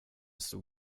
stor